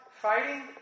fighting